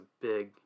big